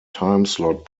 timeslot